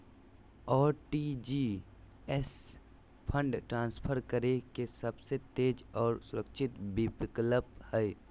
RTGS fund transfer करे के सबसे तेज आर सुरक्षित विकल्प हय